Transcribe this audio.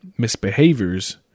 misbehaviors